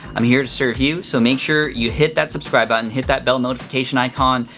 i'm here to serve you so make sure you hit that subscribe button, hit that bell notification icon,